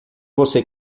você